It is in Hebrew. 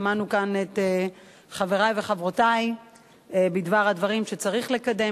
שמענו כאן את חברי וחברותי בדבר הדברים שצריך לקדם,